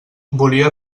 volia